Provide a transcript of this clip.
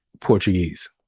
Portuguese